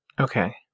Okay